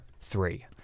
three